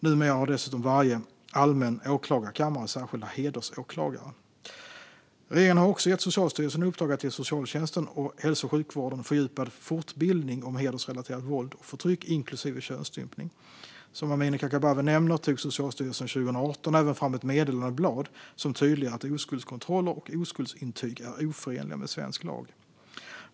Numera har dessutom varje allmän åklagarkammare särskilda hedersåklagare. Regeringen har också gett Socialstyrelsen i uppdrag att ge socialtjänsten och hälso och sjukvården fördjupad fortbildning om hedersrelaterat våld och förtryck inklusive könsstympning. Som Amineh Kakabaveh nämner tog Socialstyrelsen 2018 även fram ett meddelandeblad som tydliggör att oskuldskontroller och oskuldsintyg är oförenliga med svensk lag.